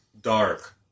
dark